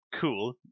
cool